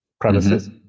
premises